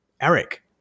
Eric